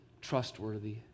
trustworthy